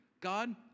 god